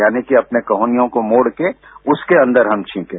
यानि कि अपने कोहनियों को मोड़कर उसके अन्दर हम छींकें